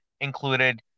included